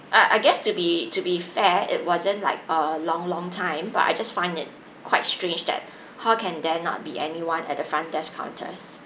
uh I guess to be to be fair it wasn't like a long long time but I just find it quite strange that how can there not be anyone at the front desk counters